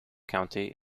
county